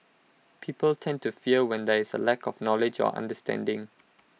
people tend to fear when there is A lack of knowledge or understanding